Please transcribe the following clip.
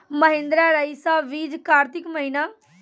महिंद्रा रईसा बीज कार्तिक महीना?